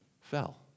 fell